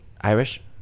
Irish